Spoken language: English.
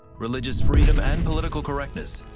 religious freedom and political correctness,